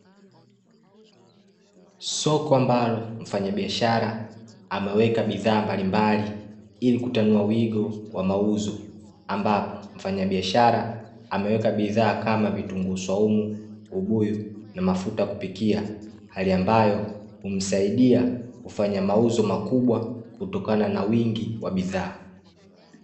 Soko ambalo mfanyabiashara ameweka bidhaa mbalimbali ili kutanua wigo wa mauzo ambapo mfanyabiashara ameweka bidhaa, kama; vitungu swaumu, ubuyu na mafuta ya kupikia, hali ambayo humsaidia kufanya mauzo makubwa kutokana na wingi wa bidhaa.